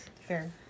Fair